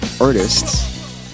artists